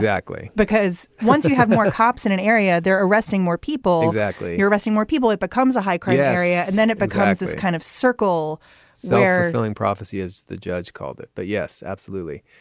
exactly. because once we have more cops in an area, they're arresting more people. exactly. you're investing more people. it becomes a high crime area and then it becomes this kind of circle circling prophecy, as the judge called it but yes, absolutely.